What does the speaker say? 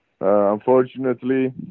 unfortunately